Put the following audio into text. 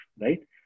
right